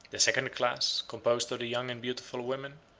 the second class, composed of the young and beautiful women,